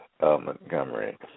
Montgomery